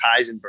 Heisenberg